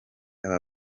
aba